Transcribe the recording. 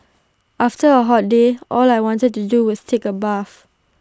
after A hot day all I wanted to do is take A bath